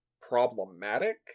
problematic